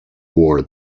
war